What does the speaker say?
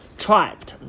trapped